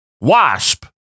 Wasp